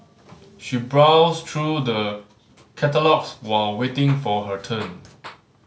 she browsed through the catalogues while waiting for her turn